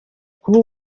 kuri